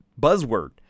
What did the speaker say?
buzzword